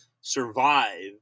survive